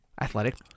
Athletic